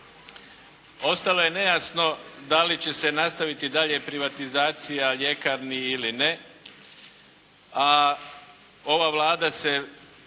Ostalo je nejasno da li će se nastaviti dalje privatizacija ljekarni ili ne, a ova Vlada se